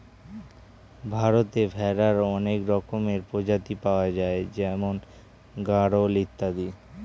ভারতে ভেড়ার অনেক রকমের প্রজাতি পাওয়া যায় যেমন গাড়ল ইত্যাদি